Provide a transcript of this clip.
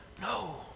No